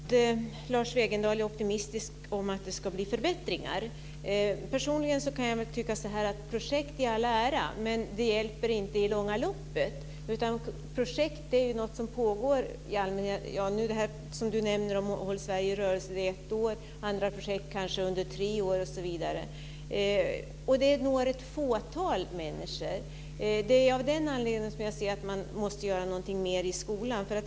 Fru talman! Det är bra att Lars Wegendal är optimistisk om att det ska bli förbättringar. Personligen kan jag tycka: Projekt i all ära, men det hjälper inte i det långa loppet. Projekt är något som pågår en viss tid. Lars Wegendal nämnde Sätt Sverige i rörelse som pågår ett år. Andra projekt kanske pågår under tre år osv. De når ett fåtal människor. Det är av den anledningen som jag anser att man måste göra något mer i skolan.